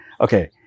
okay